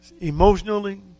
emotionally